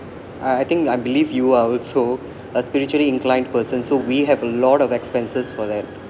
I I think I believe you are also a spiritually inclined person so we have a lot of expenses for that